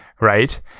right